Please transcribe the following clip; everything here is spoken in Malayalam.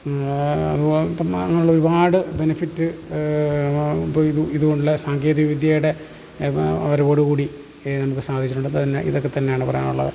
അപ്പം ഇപ്പം അങ്ങനെയുള്ള ഒരുപാട് ബെനിഫിറ്റ് ഇപ്പം ഇതു ഇതു കൊണ്ടുള്ള സാങ്കേതിക വിദ്യയുടെ വരവോടു കൂടി നമുക്ക് സാധിച്ചിട്ടുണ്ട് അതുതന്നെ ഇതൊക്കെത്തന്നെയാണ് പറയാനുള്ളത്